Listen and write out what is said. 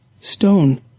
Stone